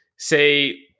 say